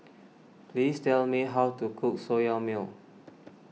please tell me how to cook Soya Milk